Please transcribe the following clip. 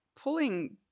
pulling –